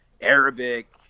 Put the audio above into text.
Arabic